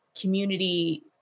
community